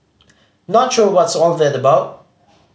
not sure what's all that about